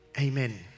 Amen